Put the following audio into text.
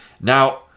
Now